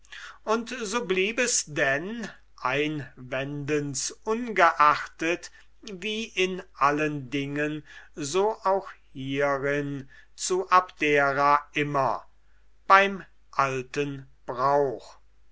und so blieb es denn einwendens ungeachtet wie in allen dingen so auch hierinnen zu abdera immer beim alten brauch